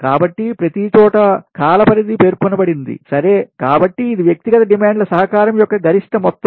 కాబట్టి ప్రతిచోటా కాల పరిధి పేర్కొనబడింది సరే కాబట్టి ఇది వ్యక్తిగత డిమాండ్ల సహకారం యొక్క గరిష్ట మొత్తం